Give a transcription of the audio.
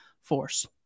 force